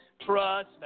Trust